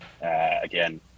again